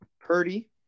Purdy